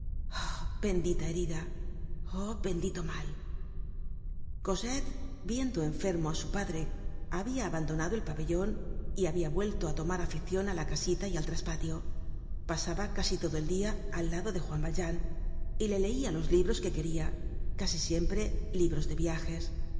bendita herida oh bendito mal cosette viendo enfermo á su padre habia abandonado el pabellon y habia vuelto á tomar aficion á la casita y al traspatio pasaba casi todo el dia al lado de juan valjean y le leia los libros que queria casi siempre libros de viajes